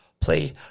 play